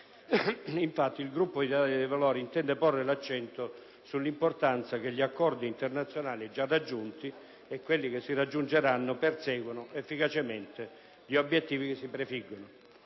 Infatti, il Gruppo dell'Italia dei Valori intende porre l'accento sull'importanza che gli accordi internazionali già raggiunti, e quelli che si raggiungeranno, perseguano efficacemente gli obiettivi che si prefiggono.